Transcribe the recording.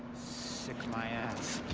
sick my ass.